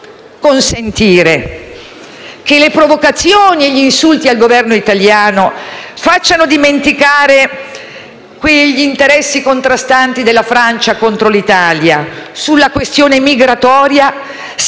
consentire che le provocazioni e gli insulti al Governo italiano facciano dimenticare quegli interessi contrastanti della Francia contro l'Italia sulla questione migratoria